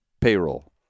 payroll